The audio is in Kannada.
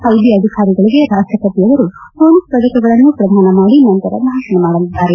ಐಬಿ ಅಧಿಕಾರಿಗಳಿಗೆ ರಾಷ್ಷಪತಿ ಅವರು ಪೊಲೀಸ್ ಪದಕಗಳನ್ನು ಅವರು ಪ್ರದಾನ ಮಾಡಿ ನಂತರ ಭಾಷಣ ಮಾಡಲಿದ್ದಾರೆ